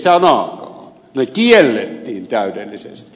ne kiellettiin täydellisesti